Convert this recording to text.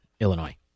Illinois